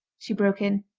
she broke in,